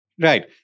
Right